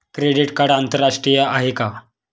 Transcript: Credit card आंतरराष्ट्रीय आहे का?